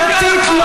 עובדתית,